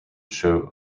show